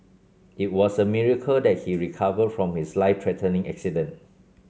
it was a miracle that he recovered from his life threatening accident